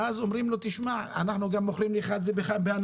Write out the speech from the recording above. ואז אומרים לו תשמע אנחנו גם מוכרים לך את זה בהנחה,